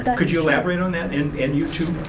but could you elaborate on that, and and you too?